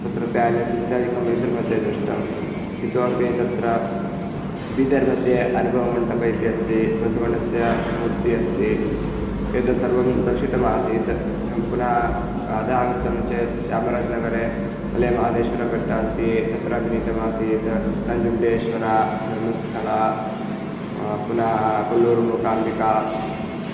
तत्र प्यालेस् इत्यादिकं मैसूरु मध्ये दृष्टम् इतोपि तत्र बिदर् मध्ये अनुभवमण्टपः इति अस्ति बसवण्णस्य मूर्तिः अस्ति एतत् सर्वं दर्शितमासीत् एवं पुनः अधः आगच्छामः चेत् चामराज् नगरे मलेमहादेश्वरबेट्ट अस्ति तत्रापि नीतमासीत् नञ्जुण्डेश्वरः धर्मस्थळं पुनः कोल्लूरु मूकाम्बिका